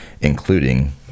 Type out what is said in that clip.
including